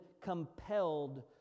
compelled